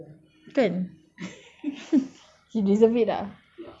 kan he deserve it ah